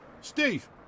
Steve